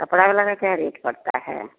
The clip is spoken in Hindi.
कपड़ा वाला का क्या रेट पड़ता है